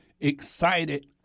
excited